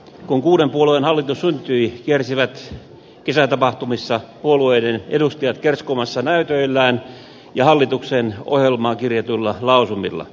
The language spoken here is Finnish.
kun kuuden puolueen hallitus syntyi kiersivät kesätapahtumissa puolueiden edustajat kerskumassa näytöillään ja hallituksen ohjelmaan kirjatuilla lausumilla